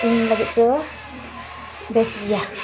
ᱤᱧ ᱞᱟᱹᱜᱤᱫ ᱛᱮᱫᱚ ᱵᱮᱥ ᱜᱮᱭᱟ